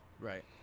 Right